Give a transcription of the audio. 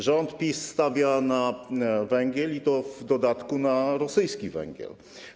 Rząd PiS stawia na węgiel, i to w dodatku na rosyjski węgiel.